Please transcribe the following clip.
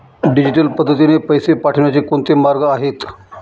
Digital पद्धतीने पैसे पाठवण्याचे कोणते मार्ग आहेत?